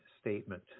statement